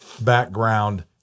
background